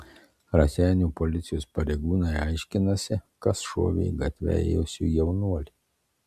raseinių policijos pareigūnai aiškinasi kas šovė į gatve ėjusį jaunuolį